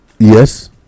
yes